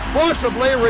forcibly